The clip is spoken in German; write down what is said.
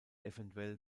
eventuell